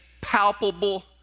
palpable